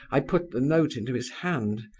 i put the note into his hand,